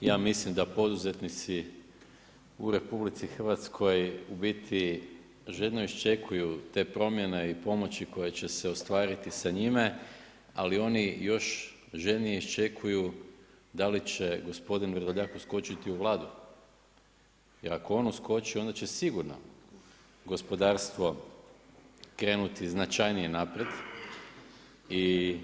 Ja mislim da poduzetnici u RH u biti željno iščekuju te promjene i pomoći koje će se ostvariti sa njime, ali oni još željnije iščekuju da li će gospodin Vrdoljak uskočiti u Vladu jer ako on uskoči onda će sigurno gospodarstvo krenuti značajnije naprijed i